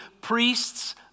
priests